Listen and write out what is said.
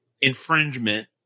infringement